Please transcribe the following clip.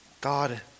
God